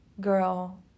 girl